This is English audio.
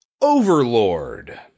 Overlord